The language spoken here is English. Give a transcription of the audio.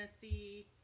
see